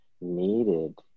needed